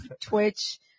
Twitch